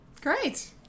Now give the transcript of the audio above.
Great